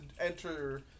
enter